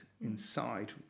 inside